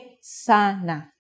sana